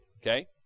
okay